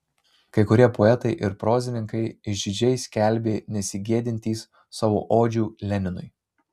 kai kurie poetai ir prozininkai išdidžiai skelbė nesigėdintys savo odžių leninui